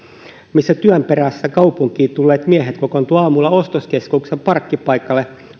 missä työn perässä kaupunkiin tulleet miehet kokoontuivat aikaisin aamulla ostoskeskuksen parkkipaikalle